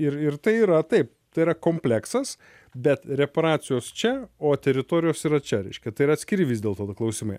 ir ir tai yra taip tai yra kompleksas bet reparacijos čia o teritorijos yra čia reiškia tai yra atskiri vis dėlto tie klausimai